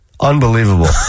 Unbelievable